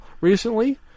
recently